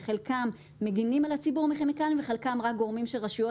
חלקם מגנים על הציבור מכימיקלים וחלקם רק גורמים שרשויות